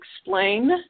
explain